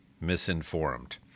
misinformed